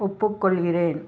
ஒப்புக்கொள்கிறேன்